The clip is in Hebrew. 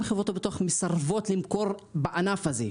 חברות הביטוח מסרבות למכור בענף הזה?